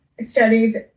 studies